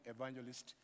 evangelist